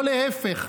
לא להפך,